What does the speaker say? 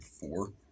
four